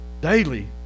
daily